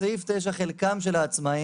בסעיף 9 חלקם של העצמאיים